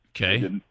Okay